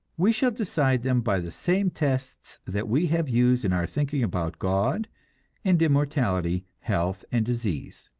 we shall decide them by the same tests that we have used in our thinking about god and immortality, health and disease.